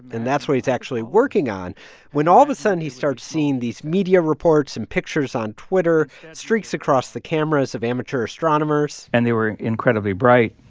and that's what he's actually working on when, all of a sudden, he starts seeing these media reports and pictures on twitter streaks across the cameras of amateur astronomers and they were incredibly bright,